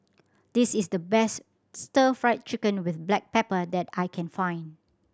this is the best Stir Fry Chicken with black pepper that I can find